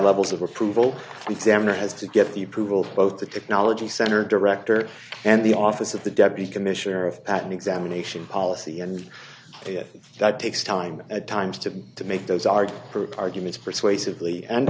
levels of approval examiner has to get the approval of the technology center director and the office of the deputy commissioner of at an examination policy and if that takes time at times to to make those are arguments persuasively and